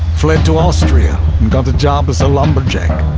fled to austria and got a job as a lumberjack.